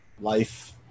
life